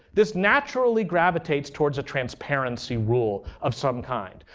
this naturally gravitates towards a transparency rule of some kind.